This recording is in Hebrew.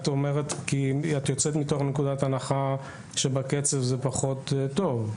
את יוצאת מתוך נקודת הנחה שבקצף זה פחות טוב.